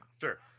sure